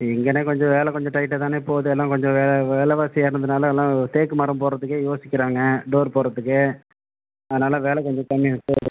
எங்கண்ணே கொஞ்சம் வேலை கொஞ்சம் டைட்டாக தாண்ணே போது எல்லாம் கொஞ்சம் வெ விலைவாசி ஏறுனதுனாலே எல்லாம் தேக்கு மரம் போடுறதுக்கே யோசிக்கிறாங்க டோர் போடுறதுக்கு அதனால் வேலை கொஞ்சம் கம்மியாக இருக்குது